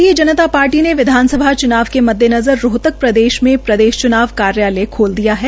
भारतीय जनता पार्टी ने विधानसभा च्नाव के मद्देनजर रोहतक में प्रदेश च्नाव कार्यालय खोल दिया है